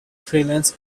freelance